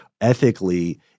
ethically